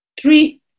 three